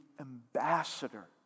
ambassador